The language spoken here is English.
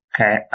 okay